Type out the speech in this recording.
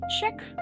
check